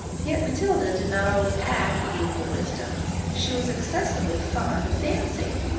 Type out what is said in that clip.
yet matilda did not always act with equal wisdom she was excessively fond dancing,